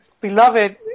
beloved